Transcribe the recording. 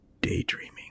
daydreaming